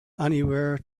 anywhere